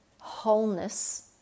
wholeness